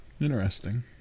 Interesting